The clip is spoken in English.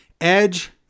Edge